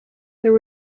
there